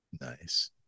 Nice